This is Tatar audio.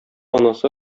анасы